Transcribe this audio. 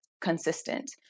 consistent